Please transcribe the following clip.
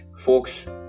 Folks